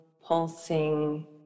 pulsing